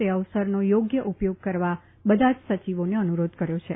તે અવસરનો યોગ્ય ઉપયોગ કરવા બધા જ સચિવોને અનુરોધ કર્યો છે